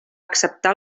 acceptar